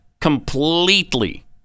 completely